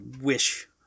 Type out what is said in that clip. wish